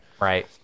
right